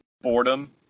boredom